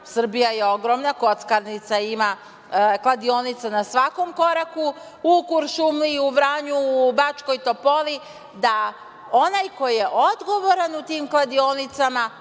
Srbija je ogromna kockarnica, ima kladionice na svakom koraku, u Kuršumliji, u Vranju, u Bačkoj Topoli, da onaj koji je odgovoran u tim kladionicama